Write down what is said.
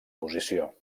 posició